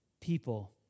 people